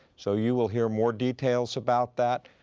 so you will hear more details about that.